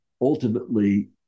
ultimately